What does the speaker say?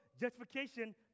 justification